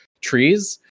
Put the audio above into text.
trees